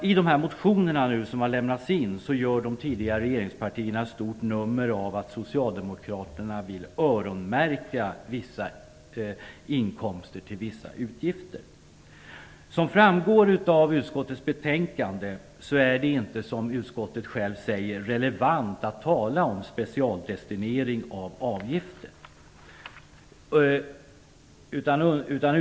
I de motioner som har lämnats in gör de tidigare regeringspartierna ett stort nummer av att socialdemokraterna vill öronmärka vissa inkomster till vissa utgifter. Som framgår av utskottets betänkande är det inte relevant att tala om en specialdestinering av avgiften.